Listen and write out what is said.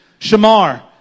Shamar